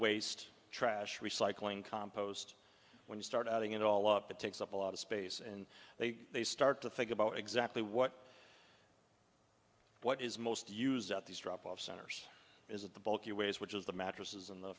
waste trash recycling compost when you start adding it all up it takes up a lot of space and they start to think about exactly what what is most used at these drop off centers is that the bulky ways which is the mattresses and the